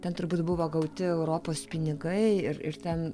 ten turbūt buvo gauti europos pinigai ir ir ten